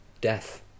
death